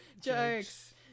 Jokes